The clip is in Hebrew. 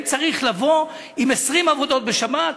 האם צריך לבוא עם 20 עבודות בשבת?